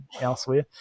elsewhere